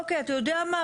"אוקיי אתה יודע מה,